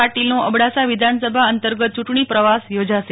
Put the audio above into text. પાટીલ નો અબડાસા વિધાનસભા અંતર્ગત ચુંટણી પ્રવાસ યોજાશે